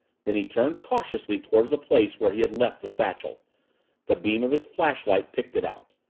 then he turned cautiously toward the place where he had left the satchel the beam of his flashlight picked it out.